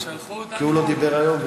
כי הוא לא דיבר היום,